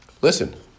listen